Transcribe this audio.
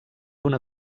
una